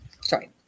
Sorry